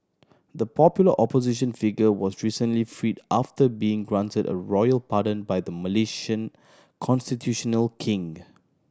the popular opposition figure was recently freed after being granted a royal pardon by the Malaysian constitutional king